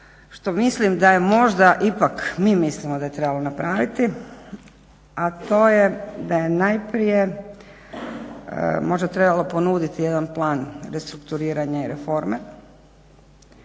što mislim da je možda ipak mi mislimo da je trebalo napraviti, a to je da je najprije možda trebalo ponuditi jedan plan restrukturiranja i reforme.